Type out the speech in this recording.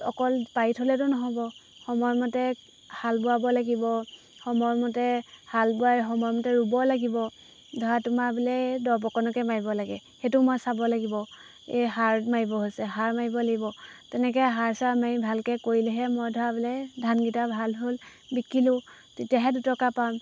অকল পাৰি থলেতো নহ'ব সময়মতে হাল বোৱাব লাগিব সময়মতে হাল বোৱাৰ সময়মতে ৰুব লাগিব ধৰা তোমাৰ বোলে দৰৱ অকণকে মাৰিব লাগে সেইটো মই চাব লাগিব এই সাৰ মাৰিব হৈছে সাৰ মাৰিব লাগিব তেনেকৈ সাৰ চাৰ মাৰি ভালকৈ কৰিলেহে মই ধৰা বোলে ধানকেইটা ভাল হ'ল বিকিলোঁ তেতিয়াহে দুটকা পাম